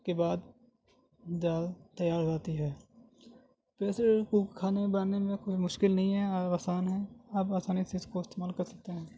کے بعد دال تیار ہو جاتی ہے ویسے کوک کھانا بنانے میں کوئی مشکل نہیں ہے آسان ہے آپ آسانی سے اس کو استعمال کر سکتے ہیں